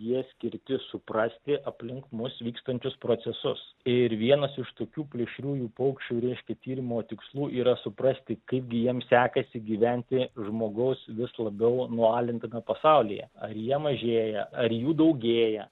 jie skirti suprasti aplink mus vykstančius procesus ir vienas iš tokių plėšriųjų paukščių reiškia tyrimo tikslų yra suprasti kaip gi jiems sekasi gyventi žmogaus vis labiau nualintame pasaulyje ar jie mažėja ar jų daugėja